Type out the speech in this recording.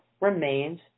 remains